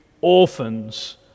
orphans